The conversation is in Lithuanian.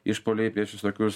išpuoliai prieš visokius